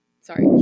sorry